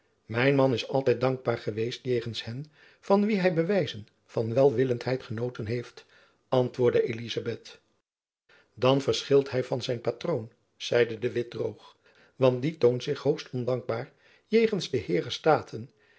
mijn man is altijd dankbaar geweest jegens hen van wie hy bewijzen van welwillendheid genoten heeft antwoordde elizabeth dan verschilt hy van zijn patroon zeide de witt droog want die toont zich hoogst ondankbaar jegens de heeren staten